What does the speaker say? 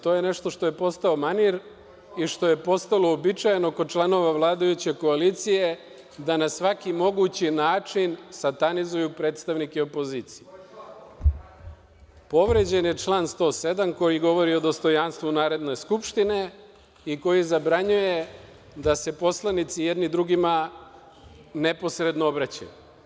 To je nešto što je postao manir i što je postalo uobičajeno kod članova vladajuće koalicije da na svaki mogući način satanizuju predstavnike opozicije. (Aleksandar Marković: Koji član je povređen?) Povređen je član 107. koji govori o dostojanstvu Narodne skupštine i koji zabranjuje da se poslanici jedni drugima neposredno obraćaju.